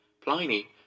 Pliny